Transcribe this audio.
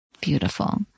Beautiful